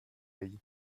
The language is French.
soleil